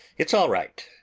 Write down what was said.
it's all right.